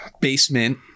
basement